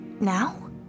Now